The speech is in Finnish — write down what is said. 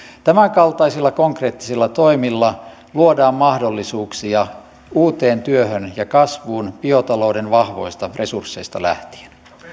tämänkaltaisilla konkreettisilla toimilla luodaan mahdollisuuksia uuteen työhön ja kasvuun biotalouden vahvoista resursseista lähtien